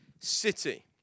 city